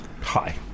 Hi